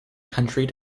country